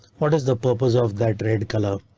what is the purpose of that red color?